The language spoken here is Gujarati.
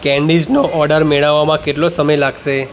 કેન્ડીઝનો ઓડર મેળવવામાં કેટલો સમય લાગશે